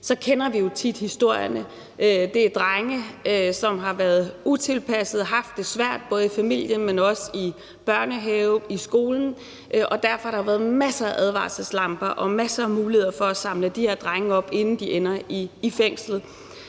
kender vi jo tit historierne. Det er drenge, som har været utilpassede og haft det svært både i familien, men også i børnehaven og i skolen, og derfor har der jo været masser af advarselslamper og masser af muligheder for at samle de her drenge op, inden de ender i fængsel.